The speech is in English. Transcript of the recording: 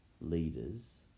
leaders